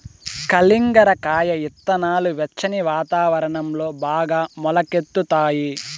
కలింగర కాయ ఇత్తనాలు వెచ్చని వాతావరణంలో బాగా మొలకెత్తుతాయి